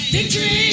Victory